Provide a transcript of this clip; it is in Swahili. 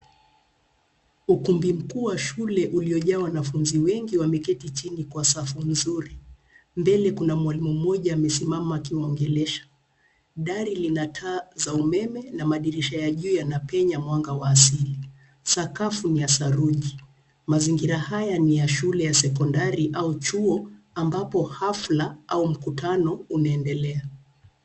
Ukumbi mkuu wa shule uliojaa wanafunzi wengi wameketi chini kwa safu mzuri na mwalimu mmoja amesimama akiwaongelesha. Dari lina taa za umeme na madrisha ya juu yanayopenya mwanga wa asili. Sakafu ni ya saruji, mazingira haya ni ya shule ya sekondari au chuo ambapo ghafla na mkutano unaendelea.